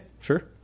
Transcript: sure